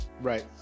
Right